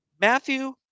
Matthew